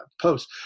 post